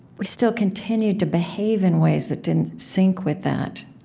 we still continued to behave in ways that didn't sync with that.